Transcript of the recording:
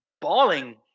balling